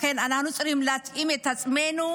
לכן אנחנו צריכים להתאים את עצמנו,